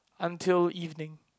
until evening